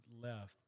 left